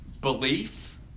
belief